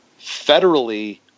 federally